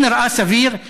זה נראה סביר?